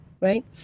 right